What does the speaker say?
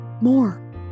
more